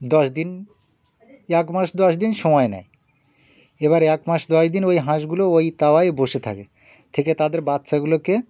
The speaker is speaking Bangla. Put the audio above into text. দশ দিন এক মাস দশ দিন সময় নেয় এবার এক মাস দশ দিন ওই হাঁসগুলো ওই তাওয়ায় বসে থাকে থেকে তাদের বাচ্চাগুলোকে